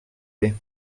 plait